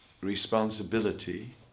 responsibility